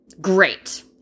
great